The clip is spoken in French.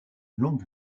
longue